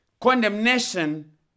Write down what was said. Condemnation